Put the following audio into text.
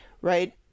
right